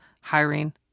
hiring